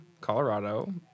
Colorado